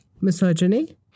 Misogyny